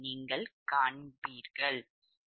இங்கே நீங்கள் காண்பீர்கள்